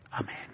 Amen